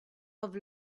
have